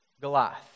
Goliath